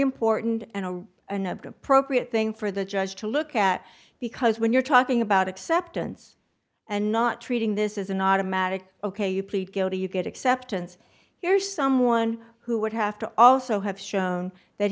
important and an appropriate thing for the judge to look at because when you're talking about acceptance and not treating this as an automatic ok you plead guilty you get acceptance here's someone who would have to also have shown that